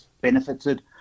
benefited